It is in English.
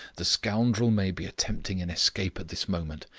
the scoundrel may be attempting an escape at this moment.